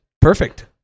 Perfect